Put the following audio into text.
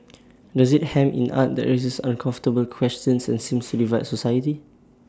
does IT hem in art that raises uncomfortable questions and seems divide society